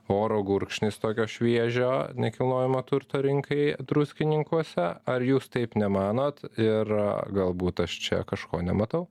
oro gurkšnis tokio šviežio nekilnojamo turto rinkai druskininkuose ar jūs taip nemanot ir galbūt aš čia kažko nematau